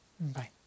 Bye